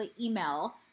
email